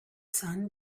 sun